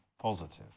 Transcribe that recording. positive